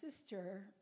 sister